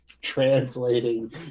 translating